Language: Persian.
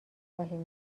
خواهیم